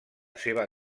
seva